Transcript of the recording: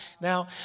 Now